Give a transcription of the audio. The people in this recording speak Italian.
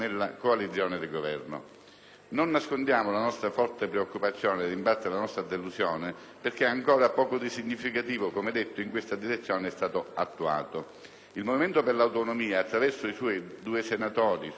Non nascondiamo la nostra forte preoccupazione, ed in parte la nostra delusione, perché ancora poco di significativo, come detto, in questa direzione è stato attuato. Il Movimento per l'Autonomia, attraverso i suoi due senatori, otto deputati e i suoi due